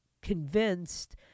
convinced